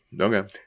Okay